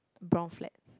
brown flats